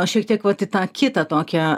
šiek tiek vat į tą kitą tokią